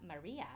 Maria